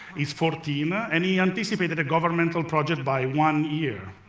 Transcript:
he's fourteen and he anticipated a governmental project by one year.